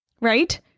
Right